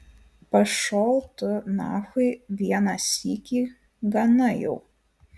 pašol tu nachui vieną sykį gana jau